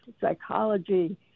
psychology